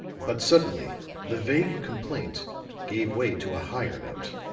but suddenly the vague complaint gave way to a higher note.